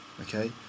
okay